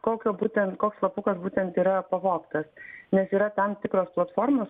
kokio būtent koks slapukas būtent yra pavogtas nes yra tam tikros platformos